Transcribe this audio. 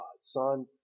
son